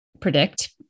predict